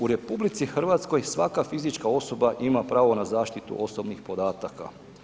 U RH svaka fizička osoba ima pravo na zaštitu osobnih podataka.